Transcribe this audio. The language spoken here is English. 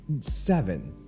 seven